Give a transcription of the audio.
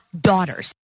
daughters